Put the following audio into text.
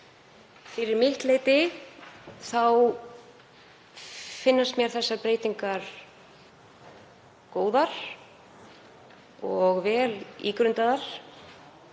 Fyrir mitt leyti þá finnast mér þessar breytingar góðar og vel ígrundaðar